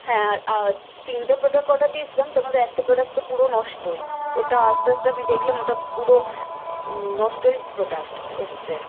হ্যাঁ আর তিনটে প্রোডাক্ট অর্ডার দিয়েছিলাম তার মধ্যে একটা প্রোডাক্ট তো পুরো নষ্টই ওটা আস্তে আস্তে আমি দেখলাম ওটা পুরো নষ্টই প্রোডাক্ট এসেছে